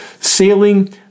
sailing